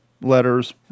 letters